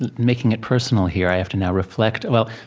and making it personal here. i have to now reflect well,